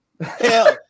Hell